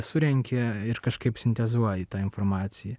surenki ir kažkaip sintezuoji tą informaciją